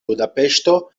budapeŝto